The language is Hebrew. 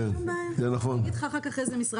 אין בעיה, אני אגיד לך אחר כך איזה משרד.